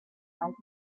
applied